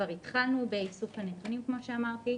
כבר התחלנו באיסוף הנתונים, כמו שאמרתי,